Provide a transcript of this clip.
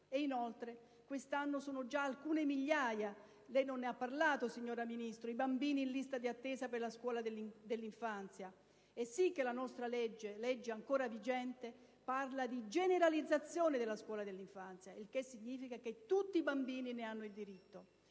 Inoltre quest'anno sono già alcune migliaia - lei non ne ha parlato, signora Ministro - i bambini in lista d'attesa per la scuola dell'infanzia: e sì che la nostra legge (ancora vigente) parla di generalizzazione della scuola dell'infanzia, il che significa che tutti i bambini ne hanno diritto.